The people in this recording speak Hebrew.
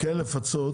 כן לפצות